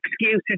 excuses